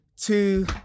two